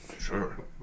Sure